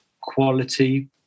quality